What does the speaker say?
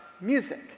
music